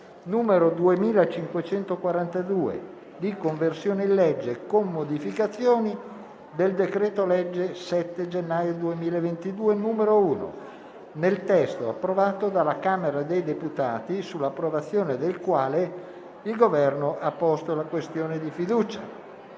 n. 2542, di conversione in legge, con modificazioni, del decreto-legge 7 gennaio 2022, n. 1, nel testo approvato dalla Camera dei deputati, sull'approvazione del quale il Governo ha posto la questione di fiducia: